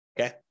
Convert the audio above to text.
Okay